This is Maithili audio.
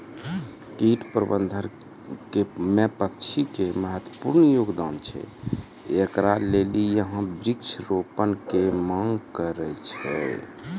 कीट प्रबंधन मे पक्षी के महत्वपूर्ण योगदान छैय, इकरे लेली यहाँ वृक्ष रोपण के मांग करेय छैय?